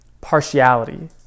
partiality